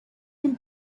from